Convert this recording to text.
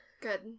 good